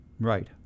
right